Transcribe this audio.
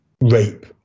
rape